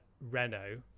renault